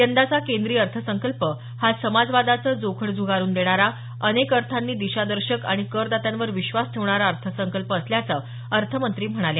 यंदाचा केंद्रीय अर्थसंकल्प हा समाजवादाचं जोखड झुगारून देणारा अनेक अर्थांनी दिशादर्शक आणि करदात्यांवर विश्वास ठेवणारा अर्थसंकल्प असल्याचं अर्थमंत्री म्हणाल्या